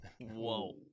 Whoa